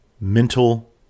mental